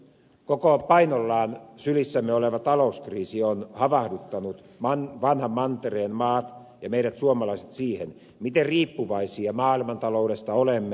koko painollaan sylissämme oleva talouskriisi on havahduttanut vanhan mantereen maat ja meidät suomalaiset siihen miten riippuvaisia maailmantaloudesta olemme